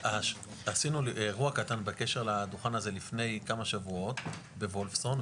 עשינו אירוע קטן בקשר לדוכן הזה לפני כמה שבועות בוולפסון,